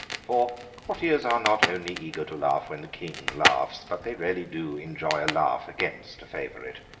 for, courtiers are not only eager to laugh when the king laughs, but they really do enjoy a laugh against a favourite.